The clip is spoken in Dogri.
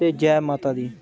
ते जै माता दी